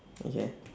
okay